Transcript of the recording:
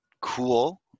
Cool